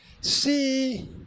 see